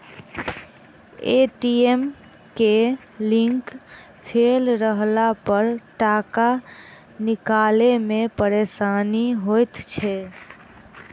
ATM के link fail रहलापर टाका निकालै मे परेशानी होइत छै